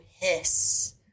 hiss